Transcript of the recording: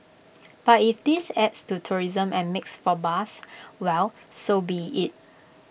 but if this adds to tourism and makes for buzz well so be IT